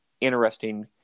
interesting